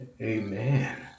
amen